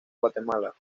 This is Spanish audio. guatemala